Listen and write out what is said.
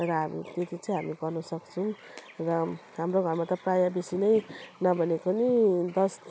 र अब त्यति चाहिँ हामी गर्नु सक्छौँ र हाम्रो घरमा त प्रायः बेसी नै नभनेको नि दस